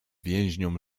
więźniom